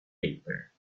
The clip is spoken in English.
paper